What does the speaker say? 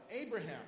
Abraham